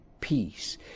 peace